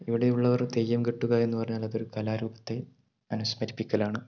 ഇവിടെയുള്ളവർ തെയ്യം കെട്ടുക എന്ന് പറഞ്ഞാലതൊരു കലാരൂപത്തെ അനുസ്മരിപ്പിക്കലാണ്